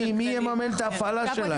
מי יממן את ההפעלה שלהם?